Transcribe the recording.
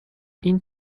این